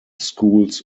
schools